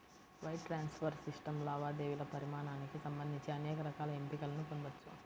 wire transfer system లావాదేవీల పరిమాణానికి సంబంధించి అనేక రకాల ఎంపికలను పొందొచ్చు